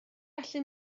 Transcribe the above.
gallu